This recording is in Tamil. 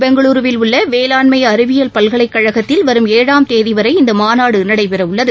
பெங்களூருவில் உள்ளவேளாண்மைஅறிவியல் பல்கலைக்கழகத்தில் வரும் ஏழாம் கேகிவரை இந்தமாநாடுநடைபெறவுள்ளது